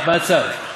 אבל מהמקום, משם, מהצד.